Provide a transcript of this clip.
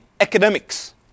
academics